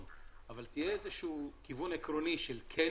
אבל יהיה איזשהו כיוון עקרוני של כן